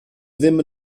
ddim